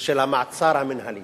של המעצר המינהלי,